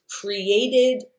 created